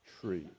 tree